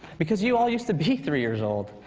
because you all used to be three years old.